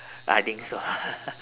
I think so